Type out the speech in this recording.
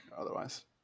otherwise